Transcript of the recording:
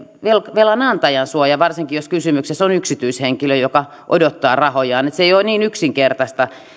velanantajan suoja varsinkin jos kysymyksessä on yksityishenkilö joka odottaa rahojaan se ei ole niin yksinkertaista